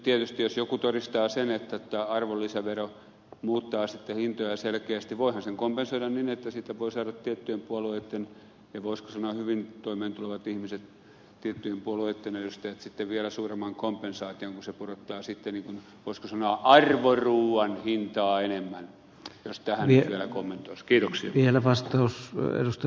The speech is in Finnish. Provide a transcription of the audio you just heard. tietysti jos joku todistaa sen että tämä arvonlisäveron alennus muuttaa hintoja selkeästi voihan sen kompensoida niin että siitä voivat saada voisiko sanoa hyvin toimeentulevat ihmiset ja tiettyjen puolueitten edustajat vielä suuremman kompensaation kun alennus pudottaa voisiko sanoa arvoruuan hintaa enemmän jos tähän nyt vielä kommentoisi